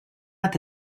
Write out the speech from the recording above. anat